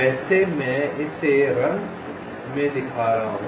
वैसे मैं इसे रंग में दिखा रहा हूं